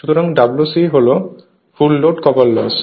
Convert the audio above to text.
সুতরাং Wc হল full load copper loss